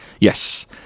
Yes